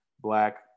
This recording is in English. Black